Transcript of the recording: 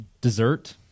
Dessert